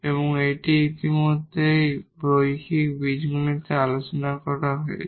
এবং এটি ইতিমধ্যেই লিনিয়ার বীজগণিতে আলোচনা করা হয়েছে